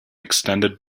extended